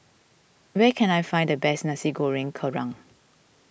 where can I find the best Nasi Goreng Kerang